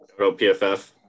PFF